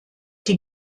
die